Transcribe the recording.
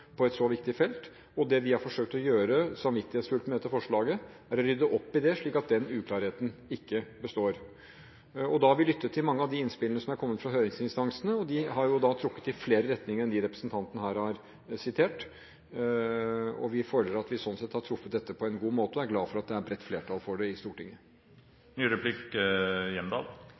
på et så viktig felt. Det vi har forsøkt å gjøre – samvittighetsfullt – med dette forslaget, er å rydde opp i det, slik at den uklarheten ikke består. Vi har lyttet til mange av de innspillene som har kommet fra høringsinstansene, og de har trukket i flere retninger enn det representanten her har sitert. Vi føler at vi sånn sett har truffet dette på en god måte, og er glad for at det er bredt flertall for det i Stortinget.